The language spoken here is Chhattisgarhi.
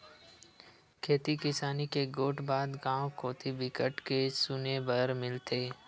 खेती किसानी के गोठ बात गाँव कोती बिकट के सुने बर मिलथे